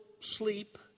sleep